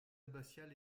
abbatiale